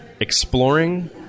exploring